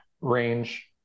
range